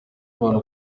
abantu